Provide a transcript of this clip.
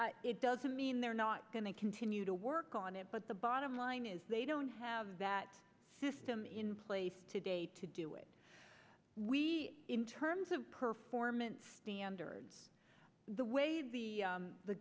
risk it doesn't mean they're going to continue to work on it but the bottom line is they don't have that system in place today to do it we in terms of performance standards the way the